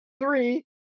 three